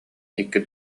икки